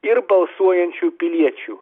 ir balsuojančių piliečių